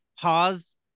pause